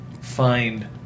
find